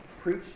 preach